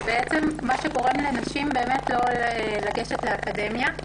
בעצם זה גורם לנשים לא לגשת לאקדמיה.